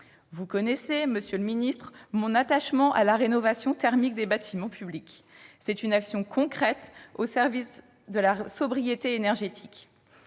vous connaissez d'ailleurs mon attachement à la rénovation thermique des bâtiments publics. Il s'agit là d'une action concrète au service de la sobriété énergétique.